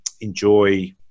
enjoy